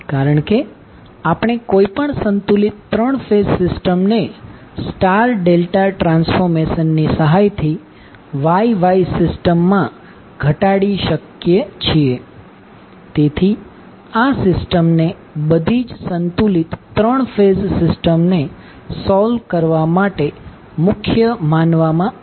કારણ કે આપણે કોઈપણ સંતુલિત 3 ફેઝ સિસ્ટમ ને સ્ટાર ડેલ્ટા ટ્રાન્સફોર્મેશન ની સહાયથી Y Y સિસ્ટમમા ઘટાડી શકીએ છીએ તેથી આ સિસ્ટમને બધી સંતુલિત 3 ફેઝ સિસ્ટમને સોલ્વ કરવા માટે મુખ્ય માનવામાં આવે છે